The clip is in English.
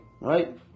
Right